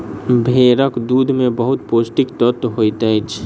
भेड़क दूध में बहुत पौष्टिक तत्व होइत अछि